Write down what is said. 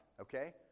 okay